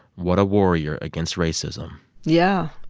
what a warrior against racism yeah,